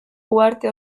uharte